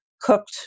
cooked